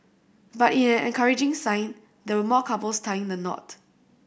but in an encouraging sign there were more couples tying the knot